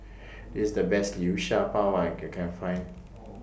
This The Best Liu Sha Bao I Can Find